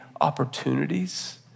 opportunities